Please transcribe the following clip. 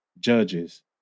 judges